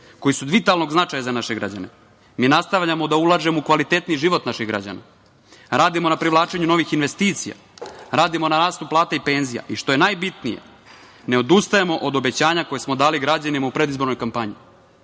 koji su od vitalnog značaja za naše građane, mi nastavljamo da ulažemo u kvalitetniji život naših građana, radimo na privlačenju novih investicija, radimo na rastu plata i penzija i što je najbitnije – ne odustajemo od obećanja koje smo dali građanima u predizbornoj kampanji.